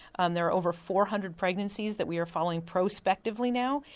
and there are over four hundred pregnancies that we are following prospectively now,